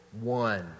one